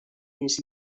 més